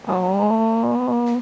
oh